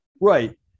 Right